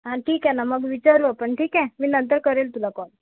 हा ठीक आहे ना मग विचारू आपण ठीक आहे मी नंतर करेल तुला कॉल